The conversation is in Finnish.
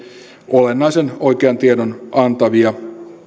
olennaisen oikean tiedon antavia ja